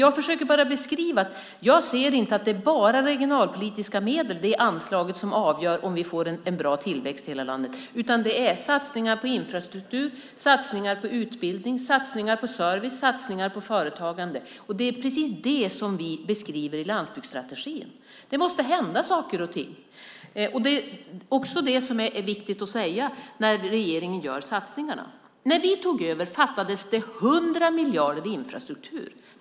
Jag ser att inte bara regionalpolitiska medel är anslaget som avgör om vi får en bra tillväxt i hela landet, utan det är satsningar på infrastruktur, utbildning, service och företagande. Det är precis detta vi beskriver i landsbygdsstrategin. Det måste hända saker. Det är viktigt att säga när regeringen gör dessa satsningar. När vi tog över fattades det 100 miljarder till infrastrukturen.